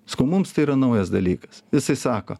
sakau mums tai yra naujas dalykas jisai sako